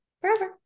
forever